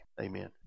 Amen